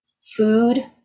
food